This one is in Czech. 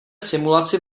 simulaci